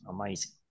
amazing